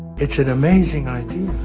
it's an amazing idea.